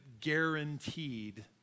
guaranteed